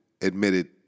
admitted